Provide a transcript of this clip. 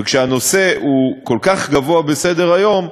וכשהנושא הוא כל כך גבוה בסדר-היום,